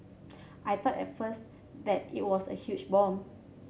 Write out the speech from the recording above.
I thought at first that it was a huge bomb